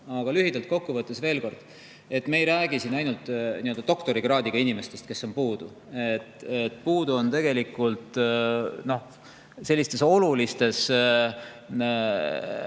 Aga lühidalt kokku võttes, veel kord: me ei räägi ainult doktorikraadiga inimestest, kes on puudu, puudu on tegelikult ka olulist